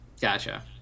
gotcha